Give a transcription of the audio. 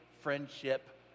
friendship